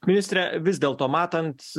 ministre vis dėlto matant